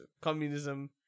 Communism